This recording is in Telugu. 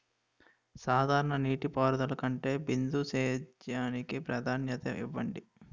సాధారణ నీటిపారుదల కంటే బిందు సేద్యానికి ప్రాధాన్యత ఇవ్వండి